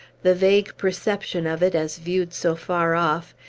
the vague perception of it, as viewed so far off,